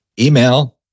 email